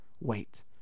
Wait